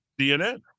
CNN